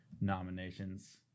nominations